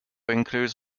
includes